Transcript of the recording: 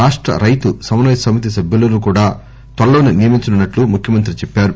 రాష్ట రైతు సమన్వయ సమితి సభ్యులను కూడా త్వరలోసే నియమించనున్నట్లు ముఖ్యమంత్రి చెప్పారు